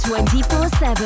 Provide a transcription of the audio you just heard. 24-7